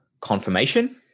confirmation